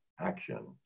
action